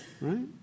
right